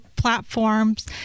platforms